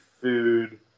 food